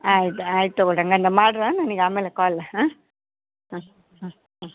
ಆಯ್ತು ಆಯ್ತು ತಗೊಳ್ಳಿರಿ ಹಂಗಾದ್ರ್ ನೀವು ಮಾಡ್ರಿ ನನಗ್ ಆಮೇಲೆ ಕಾಲ್ ಹಾಂ ಹಾಂ ಹಾಂ ಹಾಂ